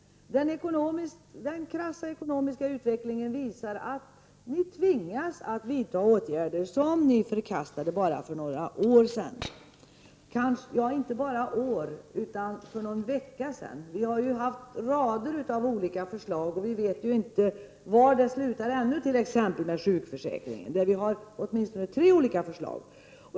Den krassa ekonomiska utvecklingen leder till att ni tvingas att vidta åtgärder som ni förkastade för bara några år sedan — och inte bara år, utan också för någon vecka sedan. Det har funnits rader av olika förslag, och vi vet ännu inte var det slutar med t.ex. sjukförsäkringen, där det finns tre olika förslag.